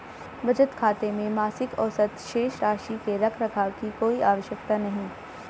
बचत खाते में मासिक औसत शेष राशि के रख रखाव की कोई आवश्यकता नहीं